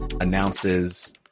announces